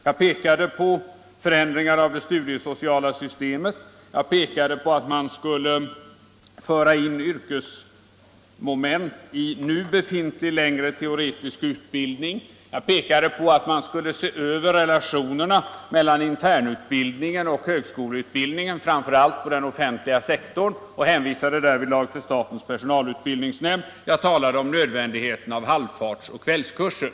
Jag pekade på förändringar i det studiesociala systemet, jag pekade på att man skulle föra in yrkesmoment i nu befintlig längre teoretisk utbildning, jag pekade på att man skulle se över relationerna mellan internutbildningen och högskoleutbildningen, framför allt på den offentliga sektorn. Jag talade vidare om nödvändigheten av halvfartsoch kvällskurser.